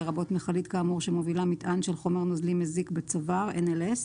לרבות מכלית כאמור שמובילה מטען של חומר נוזלי מזיק בצובר (NLS),